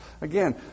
Again